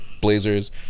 Blazers